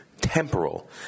Temporal